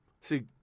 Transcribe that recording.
See